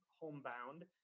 homebound